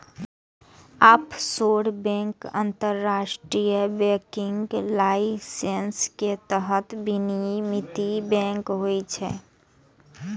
offshore bank अंतरराष्ट्रीय banking licence के तहत विनियमित बैंक होइ छै